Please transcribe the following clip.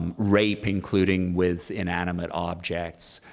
um rape, including with inanimate objects,